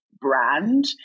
brand